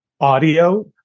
audio